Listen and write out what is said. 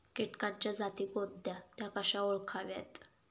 किटकांच्या जाती कोणत्या? त्या कशा ओळखाव्यात?